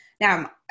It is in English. Now